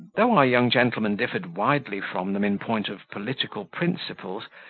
though our young gentleman differed widely from them in point of political principles,